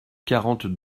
quarante